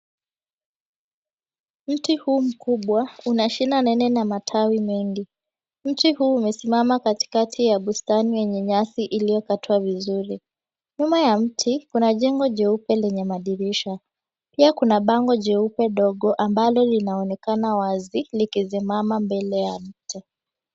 Mti huu mkubwa una shina nene na matawi mengi. Mti huu imesimama katikati ya bustani yenye nyasi iliyokatwa vizuri. Nyuma ya mti, kuna jengo jeupe lenye madirisha. Pia kuna bango jeupe dogo ambalo linaonekana wazi likisimama mbele ya mti.